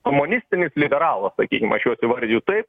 komunistinis liberalų sakykim aš juos įvardiju taip